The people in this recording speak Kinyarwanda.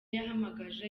yahamagaje